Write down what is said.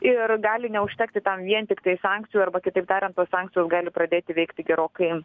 ir gali neužtekti tam vien tiktai sankcijų arba kitaip tariant tos sankcijos gali pradėti veikti gerokai